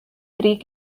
three